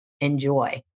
enjoy